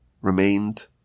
remained